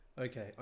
okay